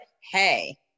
hey